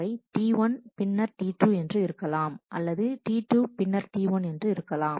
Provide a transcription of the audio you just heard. அவை T1 பின்னர் T2 என்று இருக்கலாம் அல்லது T2 பின்னர் T1 என்று இருக்கலாம்